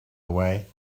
away